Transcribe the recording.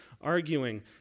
arguing